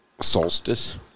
Solstice